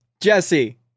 jesse